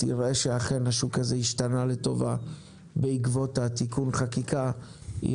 תראה שאכן השוק הזה השתנה לטובה בעקבות תיקון החקיקה היא